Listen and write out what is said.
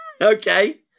Okay